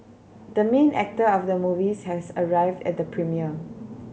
the main actor of the movies has arrived at the premiere